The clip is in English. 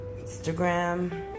Instagram